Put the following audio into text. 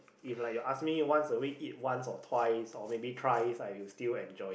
if like you ask me once a week eat once or twice or maybe twice I will still enjoy it